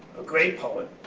a great poem.